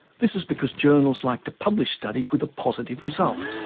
this is because journals like to publish studies with a positive result,